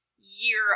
year